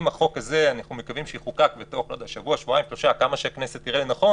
אם החוק הזה יחוקק בתוך שבוע-שבועיים-שלושה כמה שהכנסת תראה לנכון